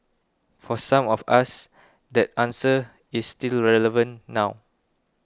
for some of us that answer is still relevant now